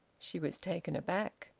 she was taken aback.